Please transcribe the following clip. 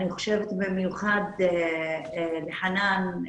אני חושבת במיוחד שלחנאן,